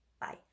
Bye